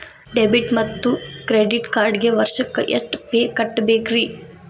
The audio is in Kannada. ಡೆಬಿಟ್ ಮತ್ತು ಕ್ರೆಡಿಟ್ ಕಾರ್ಡ್ಗೆ ವರ್ಷಕ್ಕ ಎಷ್ಟ ಫೇ ಕಟ್ಟಬೇಕ್ರಿ?